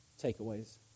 takeaways